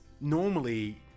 normally